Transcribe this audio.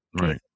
Right